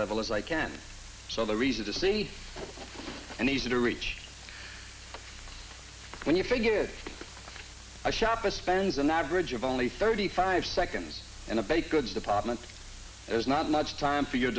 level as i can so the reason to see and easy to reach when you figure if i shop a spends an average of only thirty five seconds in a baked goods department there's not much time for your